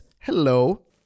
Hello